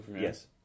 Yes